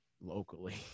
locally